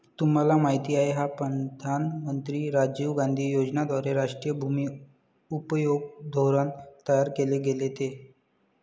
तुम्हाला माहिती आहे का प्रधानमंत्री राजीव गांधी यांच्याद्वारे राष्ट्रीय भूमि उपयोग धोरण तयार केल गेलं ते?